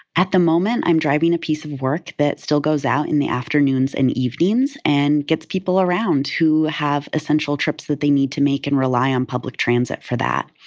at the moment, i'm driving a piece of work that still goes out in the afternoons and evenings and gets people around who have essential trips that they need to make and rely on public transit for that.